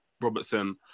Robertson